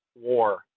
war